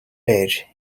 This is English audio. age